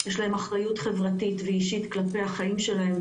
יש להם אחריות חברתית ואישית כלפי החיים שלהם,